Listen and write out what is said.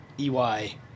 EY